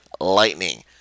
lightning